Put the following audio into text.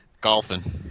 Golfing